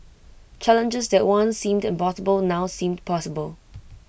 challenges that once seemed impossible now seem possible